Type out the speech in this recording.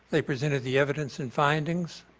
they presented the evidence and findings.